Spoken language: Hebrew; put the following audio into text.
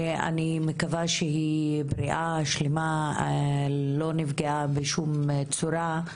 אני מקווה שהיא בריאה, שלמה, לא נפגעה בשום צורה.